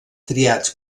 triats